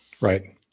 right